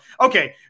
okay